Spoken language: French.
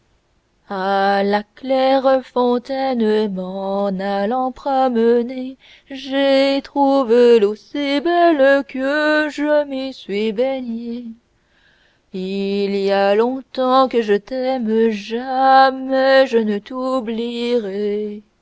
il y a longtemps que je t'aime